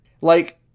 Like-